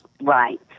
right